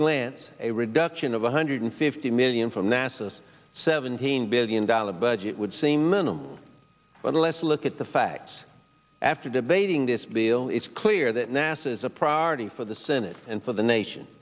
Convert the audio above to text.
glance a reduction of one hundred fifty million for nasa this seventeen billion dollars budget would seem minimal but let's look at the facts after debating this bill it's clear that nasa is a priority for the senate and for the nation